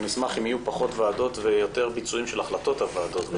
אשמח אם יהיו פחות ועדות ויותר ביצועים של החלטות הוועדות.